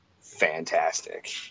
fantastic